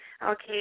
Okay